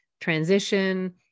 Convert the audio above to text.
transition